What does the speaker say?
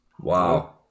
Wow